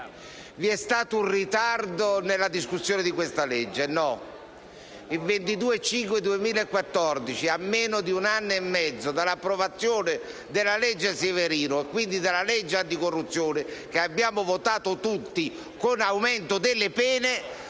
Vi è stato un ritardo nella discussione di questa legge? No: il 22 maggio 2014, a meno di un anno e mezzo dall'approvazione della legge Severino - si tratta, quindi, della legge anticorruzione, che abbiamo votato tutti, con aumento delle pene